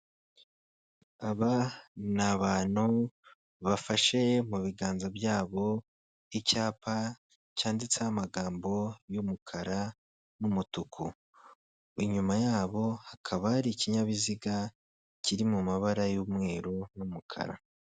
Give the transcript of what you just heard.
Aba ni abantu bafashe mu biganza byabo, icyapa cyanditseho amagambo y'umukara n'umutuku. Inyuma yabo hakaba hari ikinyabiziga kiri mu mabara y'umweru n'umukara.